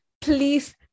please